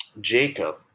Jacob